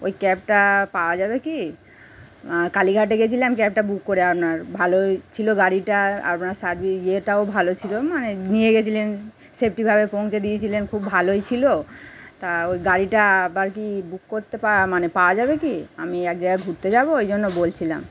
ওই ক্যাবটা পাওয়া যাবে কি কালীঘাটে গেছিলাম ক্যাবটা বুক করে আপনার ভালোই ছিল গাড়িটায় আপনার সার্ভি ইয়েটাও ভালো ছিল মানে নিয়ে গেছিলেন সেফটিভাবে পৌঁছে দিয়েছিলেন খুব ভালোই ছিল তা ওই গাড়িটা আবার কি বুক করতে পার মানে পাওয়া যাবে কি আমি এক জায়গায় ঘুরতে যাবো ওই জন্য বলছিলাম